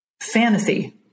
fantasy